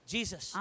Jesus